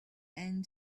and